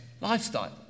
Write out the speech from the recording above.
lifestyle